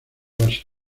base